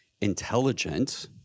intelligent